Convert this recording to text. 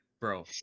bro